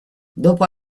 dopo